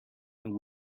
and